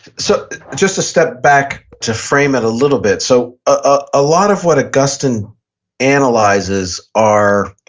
so just to step back to frame it a little bit. so ah a lot of what augustine analyzes are